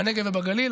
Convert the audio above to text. בנגב ובגליל,